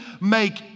make